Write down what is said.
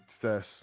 success